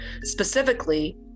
Specifically